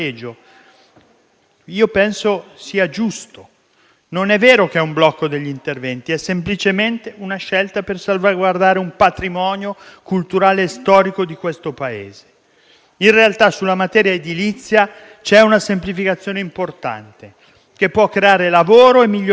penso sia giusto. Non è vero che è un blocco degli interventi; è semplicemente una scelta per salvaguardare un patrimonio culturale e storico di questo Paese. In realtà, sulla materia edilizia c'è una semplificazione importante che può creare lavoro e migliorare le città,